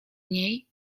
niej